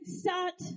start